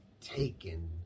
taken